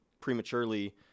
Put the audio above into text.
prematurely